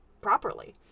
properly